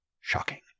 Shocking